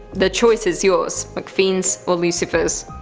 the choice is yours. mcpheends, or lucyfers?